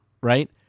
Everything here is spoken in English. right